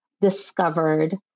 discovered